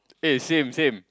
eh same same